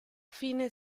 fine